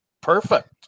perfect